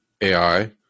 AI